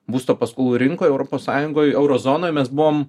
būsto paskolų rinkoj europos sąjungoj euro zonoj mes buvom